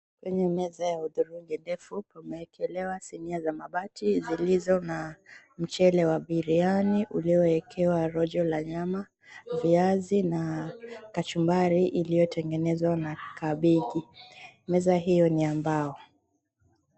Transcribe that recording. Kwenye meza ya udhurungi ndefu kumeekelewa sinia za mabati zilizo na mchele wa biriani ulioekewa rojo la nyama, viazi na kachumbari iliyotengenezwa na kabeji. Meza hio ni ya mbao.